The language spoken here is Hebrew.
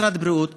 משרד הבריאות,